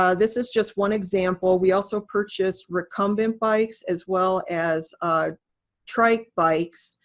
ah this is just one example, we also purchased recumbent bikes, as well as trike bikes,